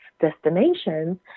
destinations